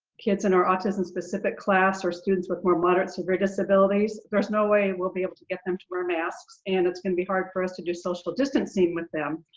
kids in our autism-specific class, or students with more moderate severe disabilities, there's no way we'll be able to get them to wear masks, and it's gonna be hard for us to do social distancing with them.